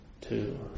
two